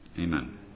Amen